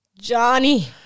Johnny